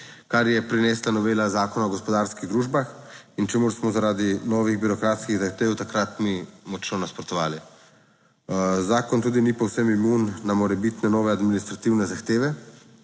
kar je prinesla novela Zakona o gospodarskih družbah in čemur smo zaradi novih birokratskih zahtev takrat mi močno nasprotovali. Zakon tudi ni povsem imun na morebitne nove administrativne zahteve.